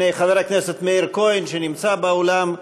הנה, חבר הכנסת מאיר כהן, שנמצא באולם,